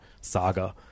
saga